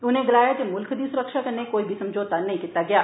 उनें गलाया जे मुल्ख दी सुरक्षा कन्नै कोई बी समझौता नेई कीता गेआ